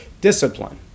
discipline